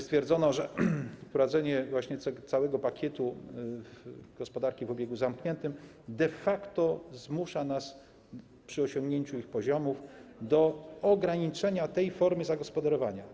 Stwierdzono, że wprowadzenie całego pakietu gospodarki w obiegu zamkniętym de facto zmusza nas - przy osiągnięciu poziomów - do ograniczenia tej formy zagospodarowania.